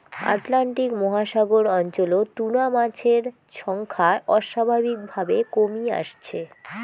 Atlantic মহাসাগর অঞ্চলত tuna মাছের সংখ্যা অস্বাভাবিকভাবে কমি আসছে